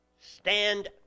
stand